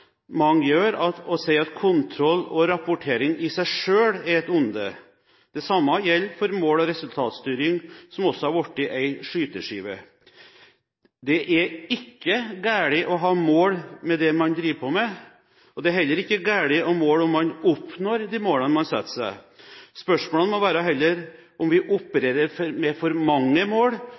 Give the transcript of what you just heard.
mange gjør, og si at kontroll og rapportering i seg selv er et onde. Det samme gjelder for mål- og resultatstyring, som også har blitt en skyteskive. Det er ikke galt å ha mål med det man driver på med, og det er heller ikke galt å måle om man oppnår de målene man setter seg. Spørsmålet må heller være om vi opererer med for mange mål,